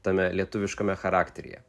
tame lietuviškame charakteryje